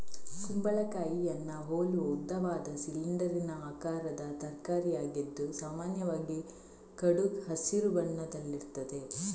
ಕುಂಬಳಕಾಯಿಯನ್ನ ಹೋಲುವ ಉದ್ದವಾದ, ಸಿಲಿಂಡರಿನ ಆಕಾರದ ತರಕಾರಿಯಾಗಿದ್ದು ಸಾಮಾನ್ಯವಾಗಿ ಕಡು ಹಸಿರು ಬಣ್ಣದಲ್ಲಿರ್ತದೆ